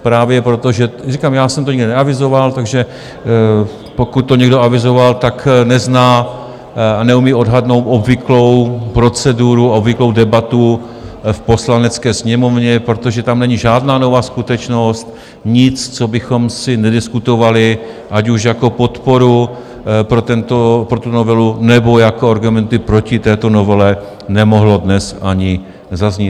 Právě proto, že říkám, já jsem to nikdy neavizoval, takže pokud to někdo avizoval, nezná a neumí odhadnout obvyklou proceduru a obvyklou debatu v Poslanecké sněmovně, protože tam není žádná nová skutečnost, nic, co bychom si nediskutovali, ať už jako podporu pro tuto novelu, nebo jako argumenty proti této novele nemohlo dnes ani zaznít.